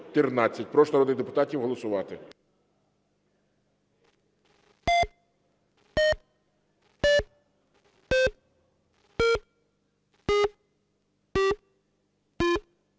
Прошу народних депутатів голосувати.